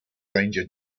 ranger